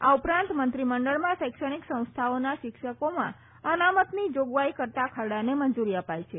આ ઉપરાંત મંત્રીમંડળમાં શૈક્ષણિક સંસ્થાઓના શિક્ષકોમાં અનામતની જોગવાઈ કરતા ખરડાને મંજૂરી અપાઈ છે